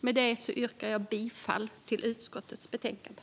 Med detta yrkar jag bifall till utskottets förslag i betänkandet.